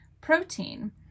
protein